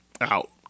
out